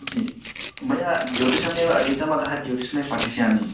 जी मया ज्यौतिषमेव अधीतम् अतः ज्योतिषं पाठिष्यामि